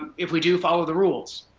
if we do follow the rules.